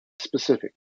specific